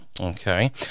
Okay